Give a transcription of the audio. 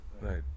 right